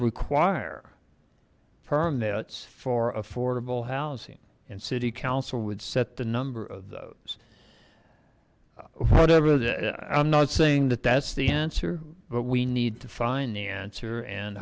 require permits for affordable housing and city council would set the number of those whatever the i'm not saying that that's the answer but we need to find the answer and